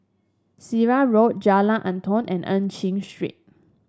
Sirat Road Jalan Antoi and Eu Chin Street